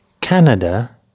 Canada